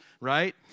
right